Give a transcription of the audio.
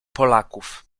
polaków